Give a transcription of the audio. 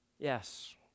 Yes